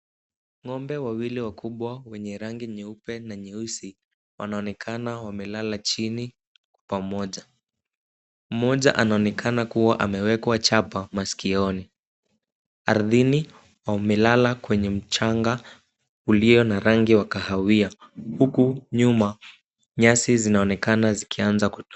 Ng'ombe wawili wakubwa wenye rangi nyeupe na nyeusi wanaonekana wamelala chini pamoja. Mmoja anaonekana kuwa amewekwa chapa masikioni. Ardhini wamelala kwenye mchanga ulio na rangi wa kahawia huku nyuma nyasi zinaonekana zikianza kutoka.